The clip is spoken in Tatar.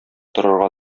торырга